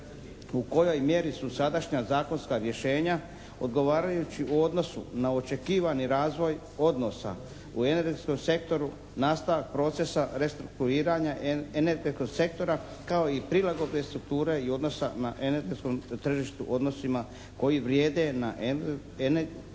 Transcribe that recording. u kojoj mjeri su sadašnja zakonska rješenja odgovarajući u odnosu na očekivani razvoj odnosa u energetskom sektoru, nastavak procesa restrukturiranja energetskog sektora kao i prilagodbe strukture i odnosa na energetskom tržištu u odnosima koji vrijede na energetskom tržištu